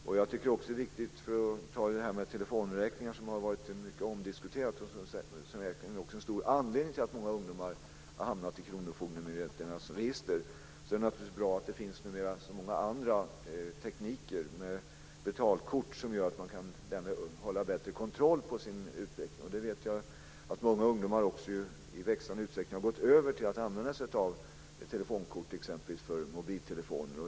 För att ta exemplet med telefonräkningar, som har varit en mycket omdiskuterad fråga och som säkerligen är en stor anledning till att många ungdomar har hamnat i kronofogdemyndigheternas register, är det naturligtvis bra att det numera finns så många andra tekniker, t.ex. kontantkort, som gör att man kan hålla bättre kontroll på kostnadsutvecklingen. Jag vet också att många ungdomar i växande utsträckning har gått över till att använda sig av exempelvis kontantkort för mobiltelefoner.